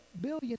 billion